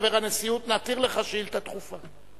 חבר הנשיאות, נתיר לך שאילתא דחופה.